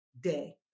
day